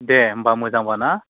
दे होमबा मोजांबा ना